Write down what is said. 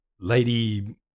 lady